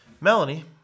Melanie